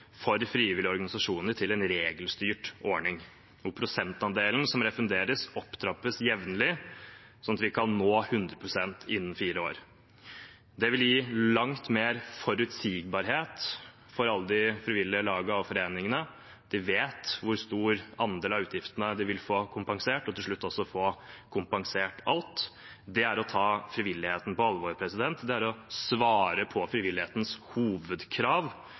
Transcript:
for frivillige organisasjoner til en regelstyrt ordning hvor prosentandelen som refunderes, opptrappes jevnlig, sånn at vi kan nå 100 pst. innen fire år. Det vil gi langt mer forutsigbarhet for alle de frivillige lagene og foreningene. De vil få vite hvor stor andel av utgiftene de vil få kompensert, og til slutt også få kompensert alt. Det er å ta frivilligheten på alvor, det er å svare på frivillighetens hovedkrav,